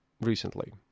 recently